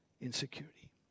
insecurity